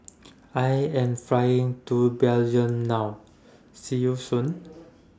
I Am Flying to Belgium now See YOU Soon